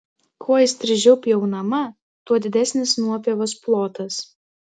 kuo įstrižiau pjaunama tuo didesnis nuopjovos plotas